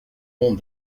pont